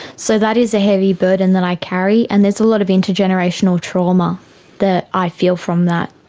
so that is a heavy burden that i carry, and there's a lot of intergenerational trauma that i feel from that.